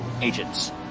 Agents